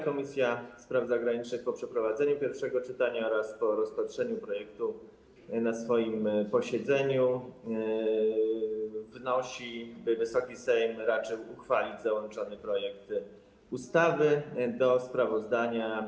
Komisja Spraw Zagranicznych po przeprowadzeniu pierwszego czytania oraz po rozpatrzeniu projektu na swoim posiedzeniu wnosi, by Wysoki Sejm raczył uchwalić załączony projekt ustawy do sprawozdania.